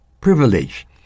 privilege